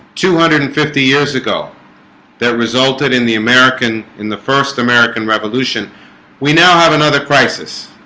two hundred and fifty years ago that resulted in the american in the first american revolution we now have another crisis